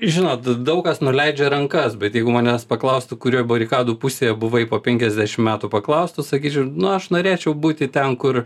žinot daug kas nuleidžia rankas bet jeigu manęs paklaustų kurioj barikadų pusėje buvai po penkiasdešim metų paklaustų sakyčiau na aš norėčiau būti ten kur